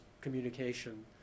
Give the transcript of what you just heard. communication